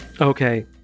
Okay